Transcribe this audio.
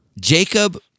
Jacob